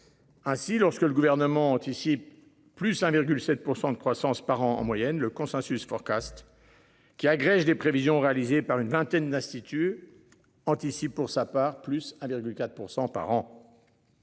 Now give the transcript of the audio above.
Ainsi, lorsque le gouvernement anticipe plus 1,7% de croissance par an en moyenne. Le consensus Forecast. Qui agrège des prévisions réalisées par une vingtaine d'institut. Anticipe pour sa part plus virgule 4% par an.